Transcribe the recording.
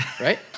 right